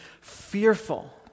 fearful